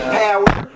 power